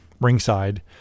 Ringside